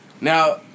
now